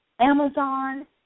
Amazon